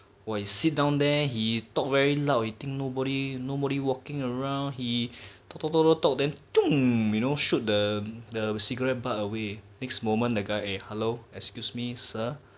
!wah! you sit down there he talk very loud he think nobody nobody walking around he talk talk talk talk talk then you know shoot the the cigarette butt away next moment the guy eh hello excuse me sir